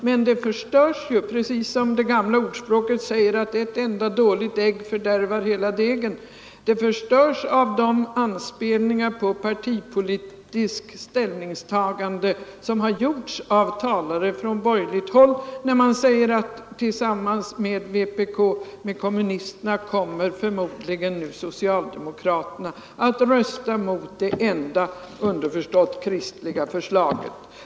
Men det förstörs ju — precis som det gamla ordspråket säger att ett enda dåligt ägg fördärvar hela degen — av de anspelningar på partipolitiskt ställningstagande som har gjorts av talare från borgerligt håll, när man säger att tillsammans med kommunisterna kommer förmodligen nu socialdemokraterna att rösta ned det enda — underförstått — kristliga förslaget.